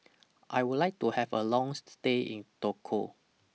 I Would like to Have A Long stay in Togo